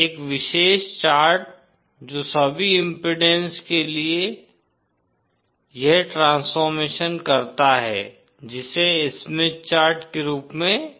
एक विशेष चार्ट जो सभी इम्पीडेन्स के लिए यह ट्रांसफॉर्मेशन करता है जिसे स्मिथ चार्ट के रूप में जाना जाता है